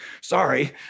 Sorry